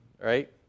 right